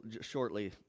shortly